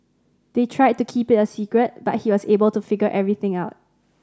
they tried to keep it a secret but he was able to figure everything out